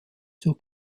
zur